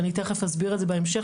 ואני תיכף אסביר את זה בהמשך,